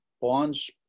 bonds